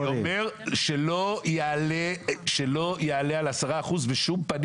אני אומר שבשום פנים ואופן לא יעלה על 10 אחוזים,